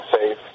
safe